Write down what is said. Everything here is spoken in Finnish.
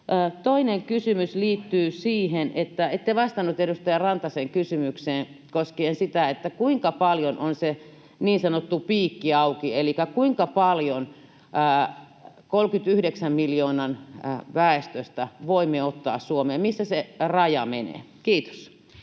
Toinen kysymys liittyy siihen, että ette vastannut edustaja Rantasen kysymykseen koskien sitä, kuinka paljon on se niin sanottu ”piikki auki”. Elikkä kuinka paljon 39 miljoonan väestöstä voimme ottaa Suomeen? Missä se raja menee? — Kiitos.